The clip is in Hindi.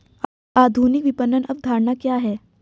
आधुनिक विपणन अवधारणा क्या है?